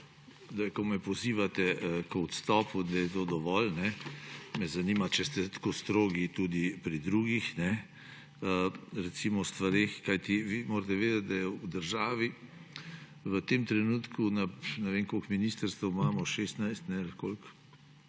ko me pozivate k odstopu, da je to dovolj, me zanima, če ste tako strogi tudi pri drugih stvareh. Vi morate vedeti, da je v državi v tem trenutku na, ne vem, koliko ministrstev imamo, 16 ali koliko.